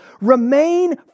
remain